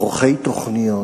עורכי תוכניות,